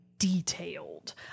detailed